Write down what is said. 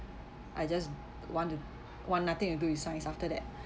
I just want to want nothing to do with science after that